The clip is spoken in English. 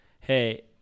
Hey